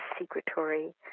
secretory